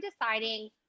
deciding